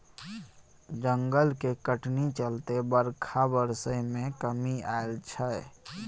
जंगलक कटनी चलते बरखा बरसय मे कमी आएल छै